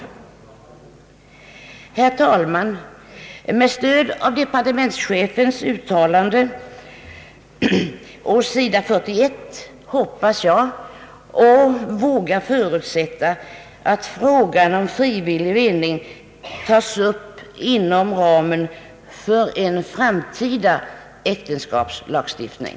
Herr talman! Med stöd av departementschefens uttalande, som återges på sid. 41 i utskottets utlåtande, hoppas jag och vågar förutsätta att frågan om frivillig medling tages upp inom ramen för en framtida äktenskapslagstiftning.